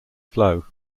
flow